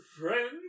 friend